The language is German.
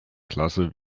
klasse